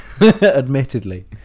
admittedly